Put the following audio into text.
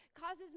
causes